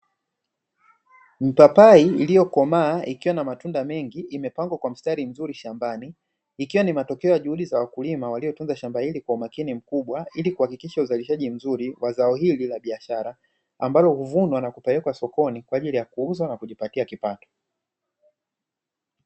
Mipapai iliyokomaa ikiwa na matunda mengi imepangwa kwa mstari mzuri shambani, ikiwa ni matokeo ya juhudi za wakulima waliotunza shamba hili kwa umakini mkubwa ili kuhakikisha uzalishaji mzuri wa zao hili la biashara; ambalo huvunwa na kupelekwa sokoni kwa ajili ya kuuzwa na kujipatia kipato.